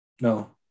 No